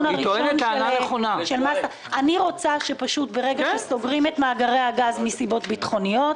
אני רוצה שברגע שסוגרים את מאגרי הגז מסיבות ביטחוניות,